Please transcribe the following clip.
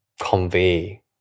convey